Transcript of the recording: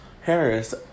Harris